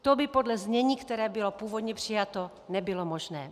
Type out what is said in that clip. To by podle znění, které bylo původně přijato, nebylo možné.